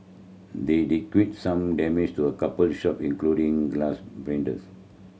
they did quite some damage to a couple shop including glass